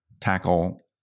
tackle